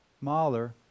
Mahler